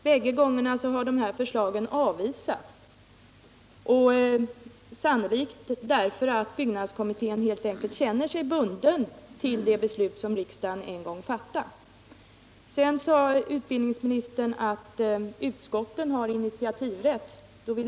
Båda förslagen har avvisats, sannolikt därför att byggnadskommittén helt enkelt känner sig bunden till det beslut som riksdagen en gång fattat. Utbildningsministern sade vidare att utskotten har initiativrätt.